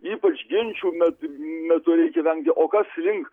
ypač ginčų me metu reikia vengti o kas link